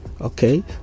Okay